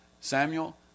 Samuel